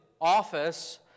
office